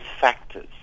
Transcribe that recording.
factors